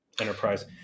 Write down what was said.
Enterprise